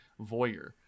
voyeur